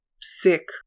sick